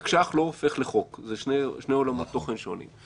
תקש"ח לא הופך לחוק, אלה שני עולמות תוכן שונים.